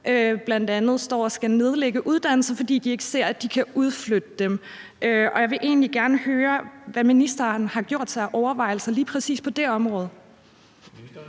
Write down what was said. bl.a. står til at skulle nedlægge uddannelser, fordi de ikke ser, at de kan udflytte dem. Jeg vil gerne høre, hvad ministeren har gjort sig af overvejelser lige præcis på det område.